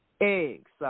eggs